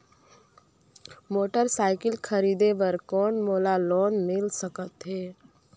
Motorcycle खरीदे बर कौन मोला लोन मिल सकथे?